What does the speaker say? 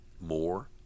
more